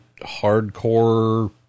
hardcore